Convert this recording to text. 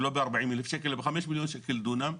זה לא 40,000 שקל אלא 5 מיליון שקל לדונם,